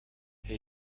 hij